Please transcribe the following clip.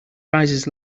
rises